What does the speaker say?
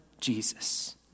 Jesus